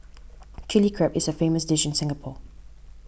Chilli Crab is a famous dish in Singapore